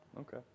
Okay